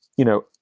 you know,